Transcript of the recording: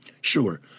Sure